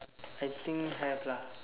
I think have lah